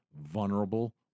vulnerable